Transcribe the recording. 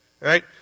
Right